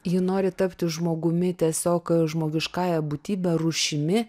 ji nori tapti žmogumi tiesiog žmogiškąja būtybe rūšimi